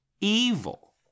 evil